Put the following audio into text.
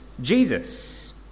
Jesus